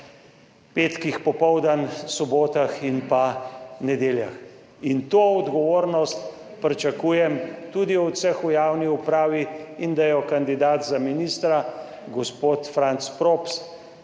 petkih popoldan, sobotah in pa nedeljah. In to odgovornost pričakujem tudi od vseh v javni upravi in da jo kandidat za ministra, gospod Franc Props